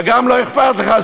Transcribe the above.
וגם לא אכפת לך,